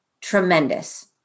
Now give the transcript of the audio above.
Tremendous